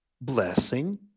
blessing